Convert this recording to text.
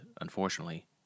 unfortunately